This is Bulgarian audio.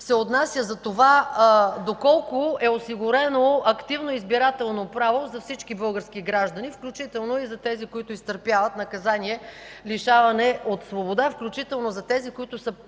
се отнася за това доколко е осигурено активно избирателно право за всички български граждани, включително и за тези, които изтърпяват наказание „лишаване от свобода”, включително за тези, които са